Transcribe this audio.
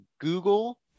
Google